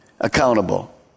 accountable